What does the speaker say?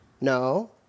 No